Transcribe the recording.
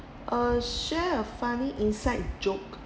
uh share a funny inside joke